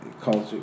culture